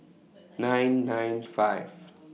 nine nine five